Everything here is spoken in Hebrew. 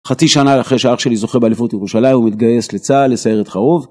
חצי שנה אחרי שאח שלי זוכה באליפות ירושלים הוא מתגייס לצה״ל לסיירת חרוב